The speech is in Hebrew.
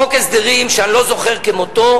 חוק הסדרים שאני לא זוכר כמותו,